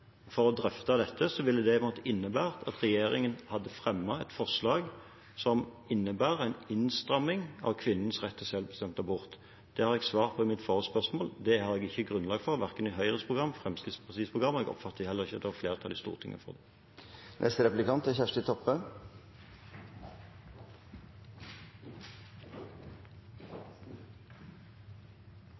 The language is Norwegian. for å få drøftet dette, ville det måtte innebære at regjeringen hadde fremmet et forslag som innebærer en innstramming av kvinnens rett til selvbestemt abort. Det svarte jeg på i forrige spørsmål. Det er det ikke grunnlag for verken i Høyres program eller Fremskrittspartiets program, og jeg opplever heller ikke at det er flertall i Stortinget for